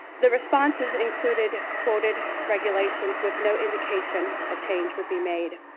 the responses included quoted regulations with no indication a change would be made.